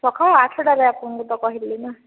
ସଖାଳ ଆଠ ଟାରେ ଆସନ୍ତୁ ତ କହିଲି ନା